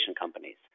companies